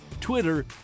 Twitter